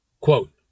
quote